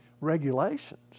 regulations